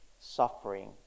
suffering